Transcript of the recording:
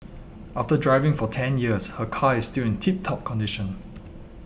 after driving for ten years her car is still in tip top condition